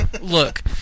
Look